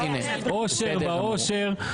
אושר ועושר,